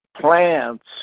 plants